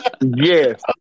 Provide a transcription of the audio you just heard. yes